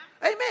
amen